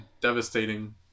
devastating